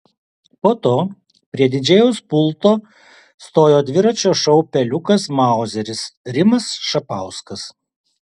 po to prie didžėjaus pulto stojo dviračio šou peliukas mauzeris rimas šapauskas